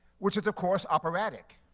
which is, of course, operatic.